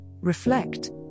reflect